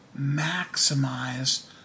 maximize